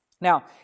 Now